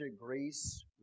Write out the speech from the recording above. Greece